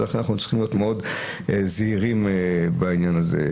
ולכן אנחנו צריכים להיות מאוד זהירים בעניין הזה.